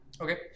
Okay